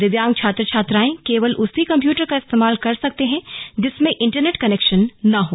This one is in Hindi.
दिव्यांग छात्र छात्राएं केवल उसी कम्प्यूटर का इस्तेमाल कर सकते हैं जिसमें इंटरनेट कनेक्शन न हो